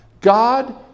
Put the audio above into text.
God